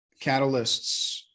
catalysts